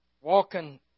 walking